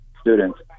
students